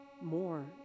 more